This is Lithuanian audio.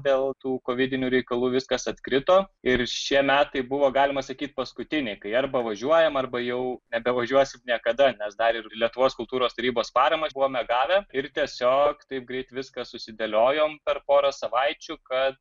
dėl tų kovidinių reikalų viskas atkrito ir šie metai buvo galima sakyt paskutiniai kai arba važiuojam arba jau nebevažiuosim niekada nes dar ir lietuvos kultūros tarybos paramą buvome gavę ir tiesiog taip greit viską susidėliojom per porą savaičių kad